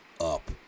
up